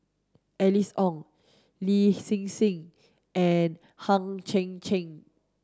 Alice Ong Lin Hsin Hsin and Hang Chang Chieh